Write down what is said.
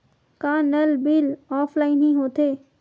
का नल bill offline हि होथे?